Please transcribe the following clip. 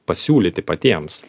pasiūlyti patiems